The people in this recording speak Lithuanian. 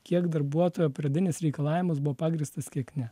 kiek darbuotojo pradinis reikalavimas buvo pagrįstas kiek ne